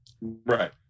Right